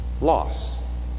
Loss